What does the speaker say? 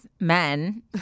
men